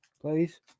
Please